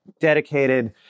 dedicated